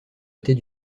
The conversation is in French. était